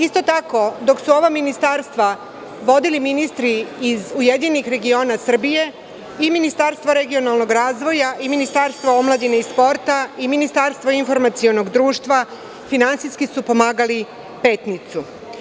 Isto tako, dok su ova ministarstva vodili ministri iz URS, i Ministarstva regionalnog razvoja i Ministarstvo omladine i sporta i Ministarstvo informacionog društva, finansijski su pomagali Petnicu.